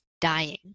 dying